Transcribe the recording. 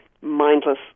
mindless